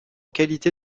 qualité